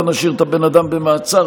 לא נשאיר את הבן אדם במעצר,